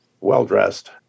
well-dressed